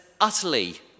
utterly